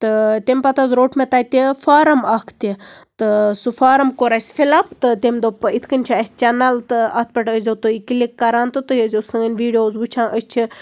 تہٕ تمہ پَتہٕ حظ روٚٹ مےٚ تَتہِ فارَم اکھ تہِ تہٕ سُہ فارَم کوٚر اسہِ فِل اَپ تہٕ تٔمۍ دوٚپ یِتھ کنۍ چھ اَسہِ چَنَل تہٕ اتھ پٮ۪ٹھ ٲسۍ زیٚو تُہۍ کلک کَران تہٕ تُہۍ ٲسۍ زیٚو ویٖڈیوز وٕچھان أسۍ چھِ